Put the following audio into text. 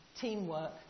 teamwork